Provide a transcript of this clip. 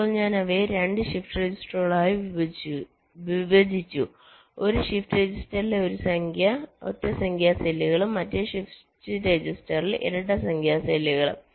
ഇപ്പോൾ ഞാൻ അവയെ 2 ഷിഫ്റ്റ് രജിസ്റ്ററുകളായി വിഭജിച്ചു ഒരു ഷിഫ്റ്റ് രജിസ്റ്ററിലെ ഒറ്റ സംഖ്യ സെല്ലുകളും മറ്റേ ഷിഫ്റ്റ് രജിസ്റ്ററിലെ ഇരട്ട സംഖ്യ സെല്ലുകളും